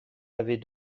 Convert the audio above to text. avez